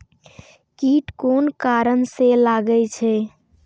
कीट कोन कारण से लागे छै?